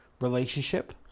relationship